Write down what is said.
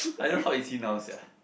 I just hope he see now sia